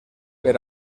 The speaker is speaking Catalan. per